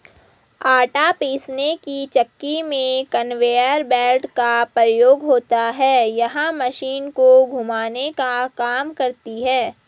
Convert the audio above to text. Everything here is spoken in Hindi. आटा पीसने की चक्की में कन्वेयर बेल्ट का प्रयोग होता है यह मशीन को घुमाने का काम करती है